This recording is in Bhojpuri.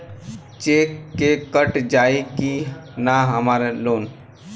चेक से कट जाई की ना हमार लोन?